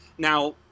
Now